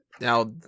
Now